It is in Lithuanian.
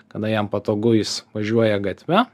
kada jam patogu jis važiuoja gatve